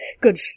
good